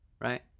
right